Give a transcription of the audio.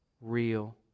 real